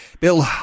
Bill